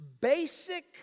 Basic